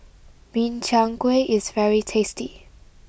Min Chiang Kueh is very tasty